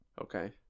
Okay